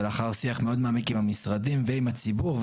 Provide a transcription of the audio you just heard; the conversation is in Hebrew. ולאחר שיח מאוד מעמיק עם המשרדים ועם הציבור,